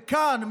וכאן,